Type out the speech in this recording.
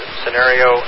scenario